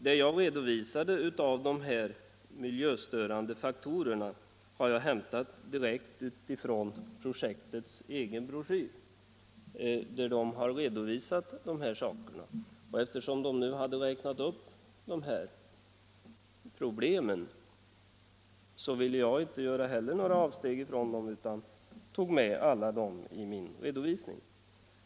Det jag redovisade av de miljöförstörande faktorerna har jag hämtat direkt ur projektets egen broschyr, där man redovisar dessa fakta. Eftersom man där räknat upp dessa problem, ville jag här inte göra några avsteg utan tog med dem alla i min redovisning.